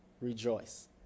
rejoice